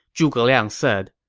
zhuge liang said,